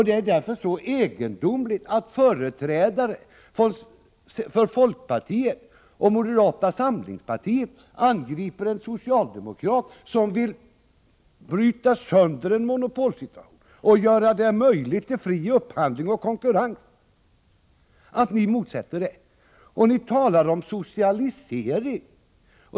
Det är egendomligt att företrädare för folkpartiet och moderata samlingspartiet angriper en socialdemokrat, som vill bryta sönder en monopolsituation och göra det möjligt med fri upphandling och konkurrens. Det är egendomligt att ni motsätter er det. Ni talar om socialisering.